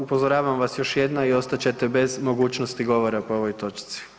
Upozoravam vas još jednom i ostat ćete bez mogućnosti govora po ovoj točci.